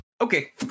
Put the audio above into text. Okay